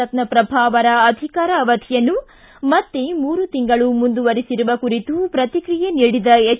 ರತ್ನಪ್ರಭಾ ಅವರ ಅಧಿಕಾರ ಅವಧಿಯನ್ನು ಮತ್ತೆ ಮೂರು ತಿಂಗಳು ಮುಂದುವರಿಸಿರುವ ಕುರಿತು ಶ್ರತಿಕ್ರಿಯೆ ನೀಡಿದ ಎಚ್